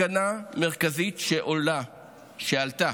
מסקנה מרכזית שעלתה